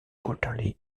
quarterly